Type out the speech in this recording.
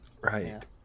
right